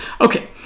Okay